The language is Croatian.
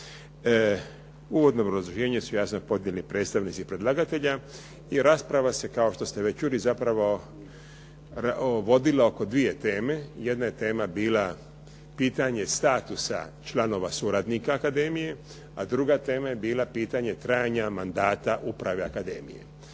Uvodno obrazloženje su jasno podnijeli predstavnici predlagatelja i rasprava se, kao što ste već čuli zapravo vodila oko dvije teme. Jedna je tema bila pitanje statusa članova suradnika akademije, a druga tema je bila pitanje trajanja mandata uprave akademije.